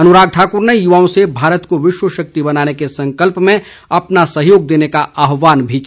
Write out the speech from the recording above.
अनुराग ठाकुर ने युवाओं से भारत को विश्व शक्ति बनाने के संकल्प में अपना सहयोग देने का आहवान भी किया